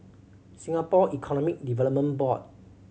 Singapore Economy Development Board